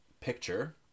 picture